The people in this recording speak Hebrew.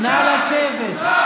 בושה.